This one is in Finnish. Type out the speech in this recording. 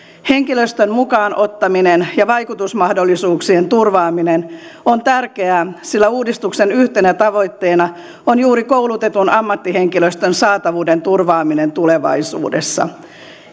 henkilöstön mukaan ottaminen ja vaikutusmahdollisuuksien turvaaminen on tärkeää sillä uudistuksen yhtenä tavoitteena on juuri koulutetun ammattihenkilöstön saatavuuden turvaaminen tulevaisuudessa